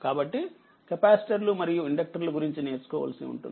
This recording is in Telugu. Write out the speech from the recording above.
కాబట్టి కెపాసిటర్లు మరియు ఇండక్టర్లు గురించి నేర్చుకోవలసి ఉంటుంది